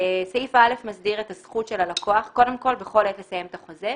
סעיף (א) מסדיר את הזכות של הלקוח בכל עת לסיים את החוזה,